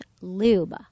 lube